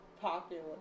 popular